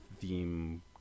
theme